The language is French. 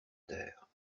terre